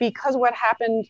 because of what happened